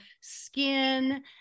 skin